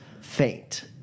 faint